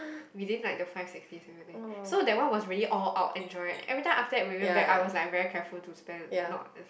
within like the five sixty seventy so that one was really all out enjoying every time after that we went back I was like very careful to spend not as